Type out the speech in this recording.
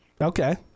Okay